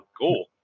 cool